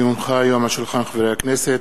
כי הונחה היום על שולחן הכנסת,